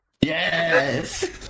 yes